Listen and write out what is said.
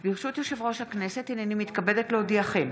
ברשות יושב-ראש הכנסת, הינני מתכבדת להודיעכם,